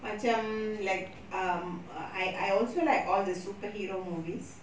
macam like um I I also like all the superhero movies